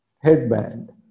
headband